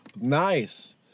Nice